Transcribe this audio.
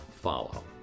follow